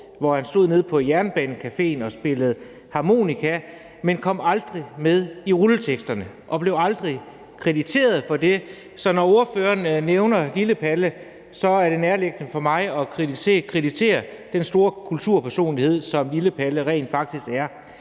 hvor han stod nede på Jernbanecaféen og spillede harmonika – at han aldrig kom med i rulleteksterne og blev aldrig krediteret for det. Så når ordføreren nævner Lille Palle, er det nærliggende for mig at kreditere den store kulturpersonlighed, som Lille Palle rent faktisk var.